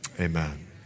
amen